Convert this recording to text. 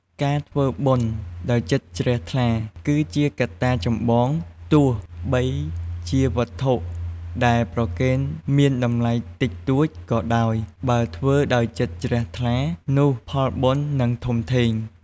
ការធ្វើបុណ្យដោយចិត្តជ្រះថ្លា គឺជាកត្តាចម្បងទោះបីជាវត្ថុដែលប្រគេនមានតម្លៃតិចតួចក៏ដោយ បើធ្វើដោយចិត្តជ្រះថ្លា នោះផលបុណ្យនឹងធំធេង។